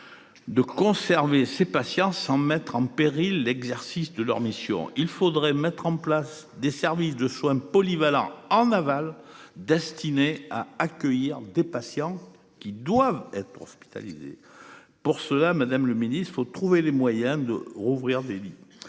De conserver ses patients sans mettre en péril l'exercice de leur mission. Il faudrait mettre en place des services de soins polyvalent en aval destiné à accueillir des patients qui doivent être hospitalisés pour cela Madame le ministre. Il faut trouver les moyens de rouvrir des lits